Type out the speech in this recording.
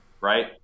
right